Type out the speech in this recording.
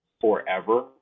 forever